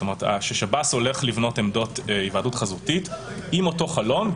ששב"ס הולך לבנות עמדות היוועדות חזותית עם אותו חלון,